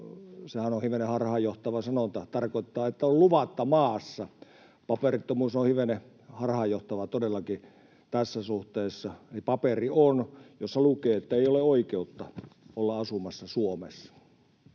Sehän on hivenen harhaanjohtava sanonta: tarkoittaa, että on luvatta maassa. Paperittomuus on hivenen harhaanjohtava todellakin tässä suhteessa, eli on paperi, jossa lukee, että ei ole oikeutta olla asumassa Suomessa.